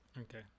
Okay